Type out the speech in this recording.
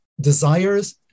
desires